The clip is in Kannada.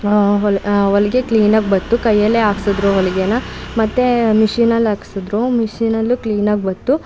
ಹೊಲಿ ಹೊಲ್ಗೆ ಕ್ಲೀನಾಗಿ ಬಂತು ಕೈಯಲ್ಲೇ ಹಾಕ್ಸಿದ್ರು ಹೊಲ್ಗೆನ ಮತ್ತು ಮಿಷಿನಲ್ಲಿ ಹಾಕ್ಸಿದ್ರು ಮಿಷಿನಲ್ಲೂ ಕ್ಲೀನಾಗಿ ಬಂತು